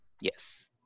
Yes